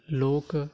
ਲੋਕ